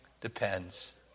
depends